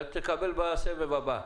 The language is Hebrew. תקבל בסבב הבא.